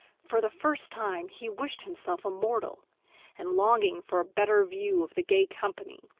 for the first time, he wished himself a mortal and, longing for a better view of the gay company,